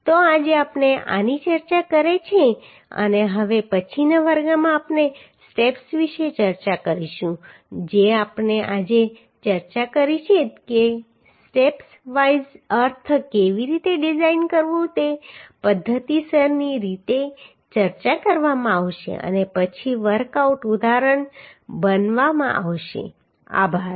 તો આજે આપણે આની ચર્ચા કરી છે અને હવે પછીના વર્ગમાં આપણે સ્ટેપ્સ વિશે ચર્ચા કરીશું જે આપણે આજે ચર્ચા કરી છે કે સ્ટેપ વાઇઝ અર્થ કેવી રીતે ડિઝાઈન કરવું તે પદ્ધતિસરની રીતે ચર્ચા કરવામાં આવશે અને પછી વર્કઆઉટ ઉદાહરણ બનાવવામાં આવશે આભાર